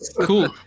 cool